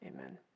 amen